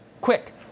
Quick